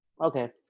okay